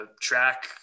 track